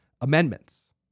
amendments